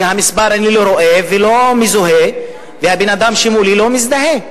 שאת המספר אני לא רואה והוא לא מזוהה והאדם שמולי לא מזדהה.